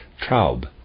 Traub